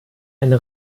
eine